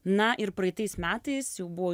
na ir praeitais metais jau buvo